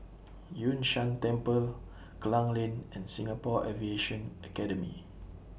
Yun Shan Temple Klang Lane and Singapore Aviation Academy